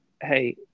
hey